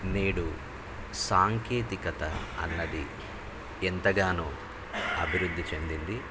నేడు సాంకేతికత అనేది ఎంతగానో అభివృద్ధి చెందింది